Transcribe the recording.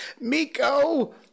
Miko